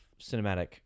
cinematic